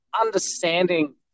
understanding